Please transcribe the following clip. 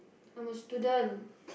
I'm a student